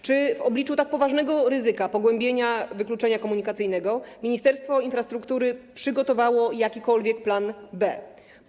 Czy w obliczu tak poważnego ryzyka pogłębienia wykluczenia komunikacyjnego Ministerstwo Infrastruktury przygotowało jakikolwiek plan B?